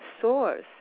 source